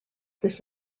this